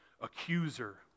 accuser